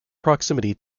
proximity